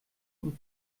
und